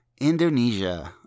Indonesia